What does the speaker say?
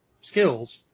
skills